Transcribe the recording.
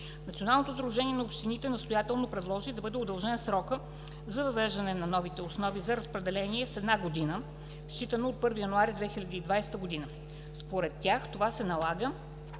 Националното сдружение на общините настоятелно предложи да бъде удължен срокът за въвеждането на новите основи за разпределение с една година, считано от 1 януари 2020 г. Според тях това се налага,